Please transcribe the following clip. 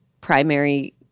primary